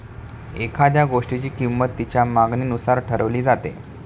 एखाद्या गोष्टीची किंमत तिच्या मागणीनुसार ठरवली जाते